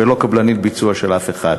ולא קבלנית ביצוע של אף אחד.